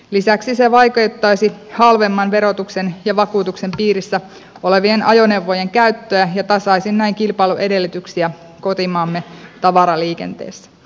lisäksi se vaikeuttaisi halvemman verotuksen ja vakuutuksen piirissä olevien ajoneuvojen käyttöä ja tasaisi näin kilpailuedellytyksiä kotimaamme tavaraliikenteessä